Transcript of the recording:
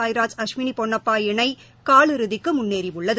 சாய்ராஜ் அஸ்வினி பொன்னப்பா இணை கால் இறுதிக்கு முன்னேறியுள்ளது